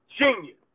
genius